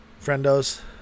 friendos